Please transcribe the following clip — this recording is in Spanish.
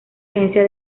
agencia